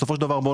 בסופו של דבר,